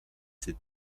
sept